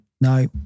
No